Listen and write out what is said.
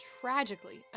tragically